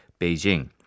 Beijing